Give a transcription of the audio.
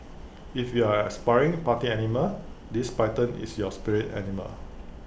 if you're an aspiring party animal this python is your spirit animal